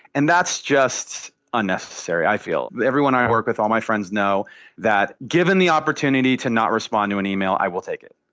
and that's just unnecessary, i feel. everyone i work with, all my friends know that giving the opportunity to not respond to an email, i will take it.